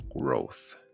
growth